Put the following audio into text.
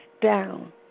down